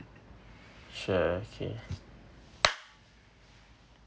sure okay